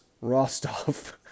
Rostov